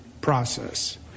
process